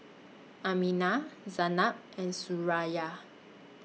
Aminah Zaynab and Suraya